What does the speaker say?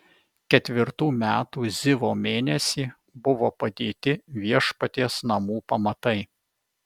ketvirtų metų zivo mėnesį buvo padėti viešpaties namų pamatai